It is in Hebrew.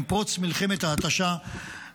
עם פרוץ מלחמת ההתשה,